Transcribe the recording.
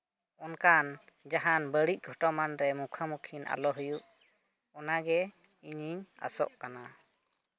ᱚᱱᱠᱟᱱ ᱡᱟᱦᱟᱱ ᱵᱟᱹᱲᱤᱡ ᱜᱷᱚᱴᱚᱢᱟᱱ ᱨᱮ ᱢᱩᱠᱷᱟᱹᱢᱩᱠᱷᱤ ᱟᱞᱚ ᱦᱩᱭᱩᱜ ᱚᱱᱟᱜᱮ ᱤᱧᱤᱧ ᱟᱥᱚᱜ ᱠᱟᱱᱟ